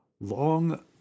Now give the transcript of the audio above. long